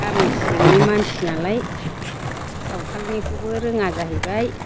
गामि सिंनि मानसिनालाय सावथालनिखौबो रोङा जाहैबाय